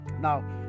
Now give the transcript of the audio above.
now